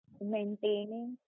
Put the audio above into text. maintaining